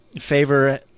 Favor